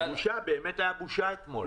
בושה, באמת הייתה בושה אתמול.